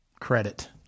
credit